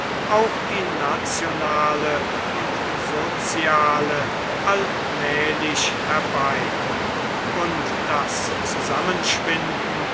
auch die nationale und soziale allmählich herbei und das zusammenschwinden